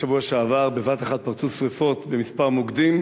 בשבוע שעבר, בבת אחת פרצו שרפות בכמה מוקדים.